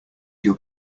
your